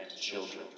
children